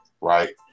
right